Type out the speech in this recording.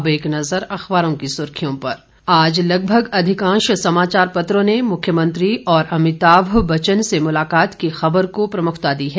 अब एक नजर अखबारों की सुर्खियों पर आज लगभग अधिकांश समाचार पत्रों ने मुख्यमंत्री और अमिताभ बच्चन से मुलाकात की खबर को प्रमुखता दी है